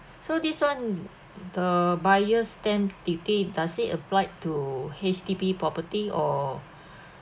so this one the buyer's stamp duty does it applied to H_D_B property or